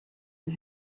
and